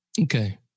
Okay